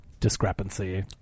discrepancy